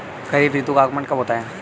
खरीफ ऋतु का आगमन कब होता है?